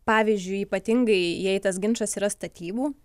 pavyzdžiui ypatingai jei tas ginčas yra statybų